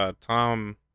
Tom